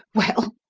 well?